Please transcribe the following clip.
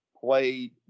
played